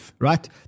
right